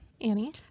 Annie